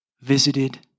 visited